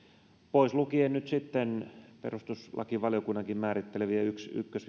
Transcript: pois lukien nyt sitten perustuslakivaliokunnankin määrittelemät ykkös